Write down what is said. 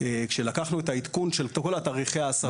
כאשר לקחנו את העדכון של תאריכי ההסבה,